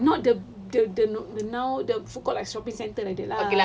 not the the the the now the food court like shopping centre like that lah